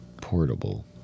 portable